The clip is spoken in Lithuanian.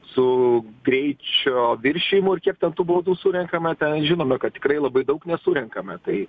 su greičio viršijimu ir kiek ten tų baudų surenkame ten žinome kad tikrai labai daug nesurenkame tai